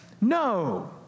No